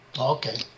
Okay